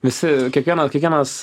visi kiekvieno kiekvienas